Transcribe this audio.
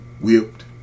whipped